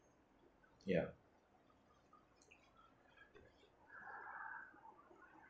ya